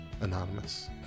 anonymous